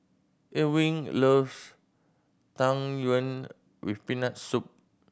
Ewing loves Tang Yuen with Peanut Soup